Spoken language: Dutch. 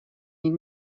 niet